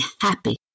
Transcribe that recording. happy